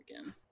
again